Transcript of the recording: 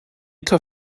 tar